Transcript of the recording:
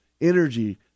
Energy